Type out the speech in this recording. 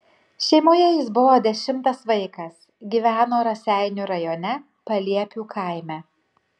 šeimoje jis buvo dešimtas vaikas gyveno raseinių rajone paliepių kaime